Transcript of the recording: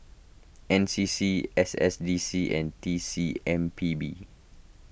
N C C S S D C and T C M P B